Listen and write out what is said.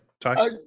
Ty